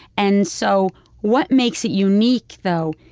and so what makes it unique, though,